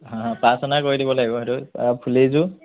হ হ পাঁচ অনা কৰি দিব লাগিব সেইটো আৰু ফুলিযোৰ